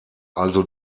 also